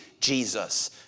Jesus